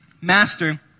Master